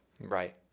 Right